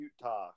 Utah